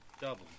Double